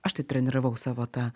aš tai treniravau savo tą